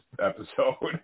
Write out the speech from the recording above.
episode